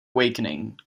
awakening